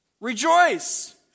rejoice